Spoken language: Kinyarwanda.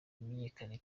bimenyekane